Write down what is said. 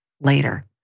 later